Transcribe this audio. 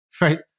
right